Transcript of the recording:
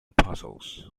puzzles